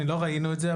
לא ראינו את זה,